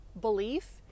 belief